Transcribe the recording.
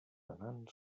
anant